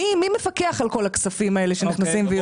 מי מפקח על כל הכספים האלה שנכנסים ויוצאים?